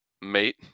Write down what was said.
mate